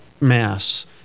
Mass